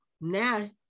Now